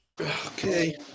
Okay